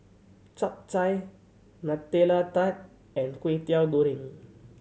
Chap Chai Nutella Tart and Kway Teow Goreng